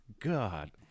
God